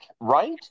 right